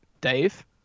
Dave